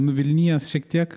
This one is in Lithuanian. nuvilnijęs šiek tiek